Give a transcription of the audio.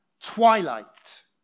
twilight